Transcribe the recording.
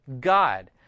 God